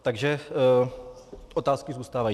Takže otázky zůstávají.